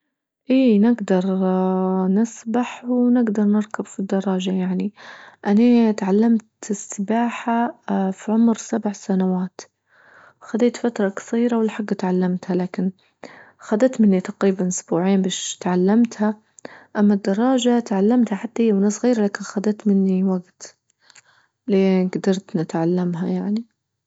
أيه نجدر نسبح ونجدر نركب في الدراجة يعني، أني تعلمت السباحة في عمر سبع سنوات خديت فترة قصيرة ولحجت اتعلمتها لكن خذت مني تقريبا أسبوعين بيش أتعلمتها أما الدراجة تعلمتها حتى أى وأنا صغيرة لكن خذت مني وجت لين جدرت نتعلمها يعني.